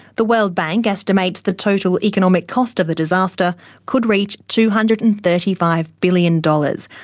the world bank estimates the total economic cost of the disaster could reach two hundred and thirty five billion dollars,